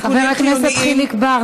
חבר הכנסת חיליק בר,